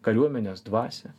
kariuomenės dvasią